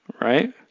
right